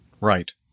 Right